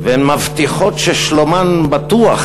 והן מבטיחות ששלומם בטוח.